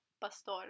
pastor